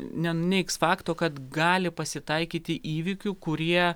nenuneigs fakto kad gali pasitaikyti įvykių kurie